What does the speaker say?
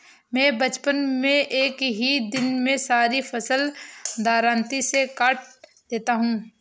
मैं बचपन में एक ही दिन में सारी फसल दरांती से काट देता था